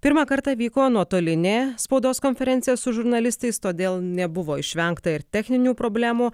pirmą kartą vyko nuotolinė spaudos konferencija su žurnalistais todėl nebuvo išvengta ir techninių problemų